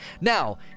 Now